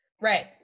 Right